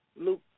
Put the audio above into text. Luke